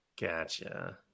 Gotcha